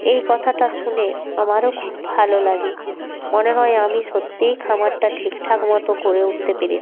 এই কথাটা শুনে আমারও খুব ভালো লাগে মনে হয় আমি সত্যিই খামারটা ঠিকঠাক মতো করে উঠতে পেরেছি